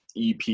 EP